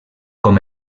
com